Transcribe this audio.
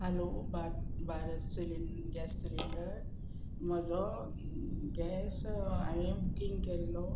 हालो भात Bharat cylinder gas cylinder म्हजो gas हांवें बुकींग केल्लो